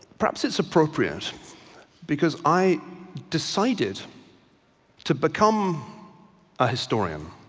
perhaps it's appropriate because i decided to become a historian